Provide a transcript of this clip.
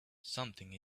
something